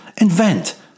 Invent